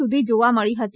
સુધી જાવા મળી હતી